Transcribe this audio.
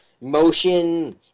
motion